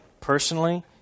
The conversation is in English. personally